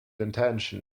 attention